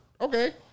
Okay